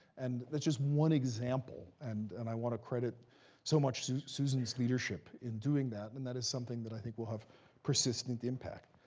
and that's just one example. and and i want to credit so much to susan's leadership in doing that. and that is something that i think will have persistent impact.